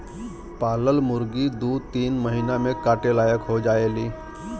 पालल मुरगी दू तीन महिना में काटे लायक हो जायेली